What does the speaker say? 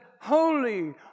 holy